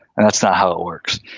and that's not how it works.